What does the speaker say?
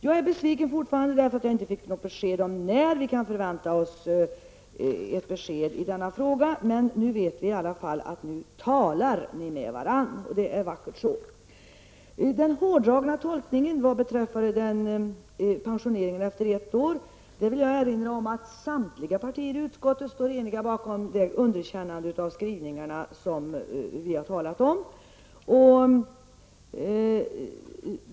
Jag är fortfarande besviken för att vi inte fick uppgift om när vi kan vänta besked i frågan, men nu vet vi i alla fall att ni talar med varandra, och det är vackert så. Vad gäller den hårdragna tolkningen i frågan om pensionering efter ett år vill jag erinra om att samtliga partier i utskottet står bakom det underkännande av skrivningarna som vi har talat om.